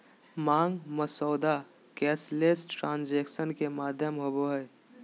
मांग मसौदा cashless transaction के माध्यम होबो हइ